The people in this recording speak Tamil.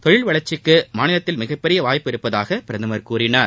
தொழில் வளர்ச்சிக்கு மாநிலத்தில் மிகப்பெரிய வாய்ப்பு இருப்பதாக பிரதமர் கூறினார்